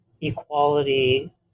equality